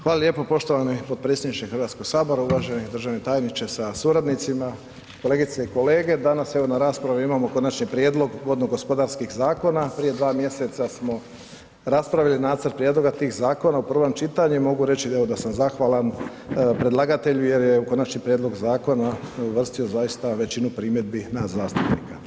Hvala lijepo poštovani potpredsjedniče HS, uvaženi državni tajniče sa suradnicima, kolegice i kolege, danas evo na raspravi imamo Konačni prijedlog vodno gospodarskih zakona, prije 2 mjeseca smo raspravili nacrt prijedloga tih zakona u prvom čitanju i mogu reći evo da sam zahvalan predlagatelju jer je u Konačni prijedlog zakona uvrstio zaista većinu primjedbi nas zastupnika.